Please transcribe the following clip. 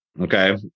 okay